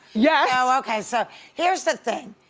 yeah oh okay, so here's the thing,